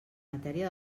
matèria